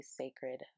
sacred